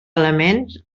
elements